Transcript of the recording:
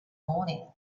morning